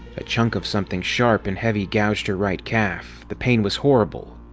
a chunk of something sharp and heavy gouged her right calf. the pain was horrible.